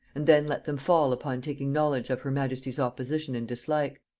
and then let them fall upon taking knowledge of her majesty's opposition and dislike.